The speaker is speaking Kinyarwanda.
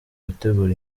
gutegura